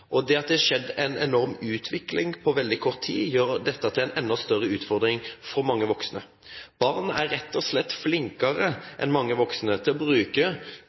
Det at det har skjedd en enorm utvikling på veldig kort tid, gjør dette til en enda større utfordring for mange voksne. Barn er rett og slett flinkere enn mange voksne til å bruke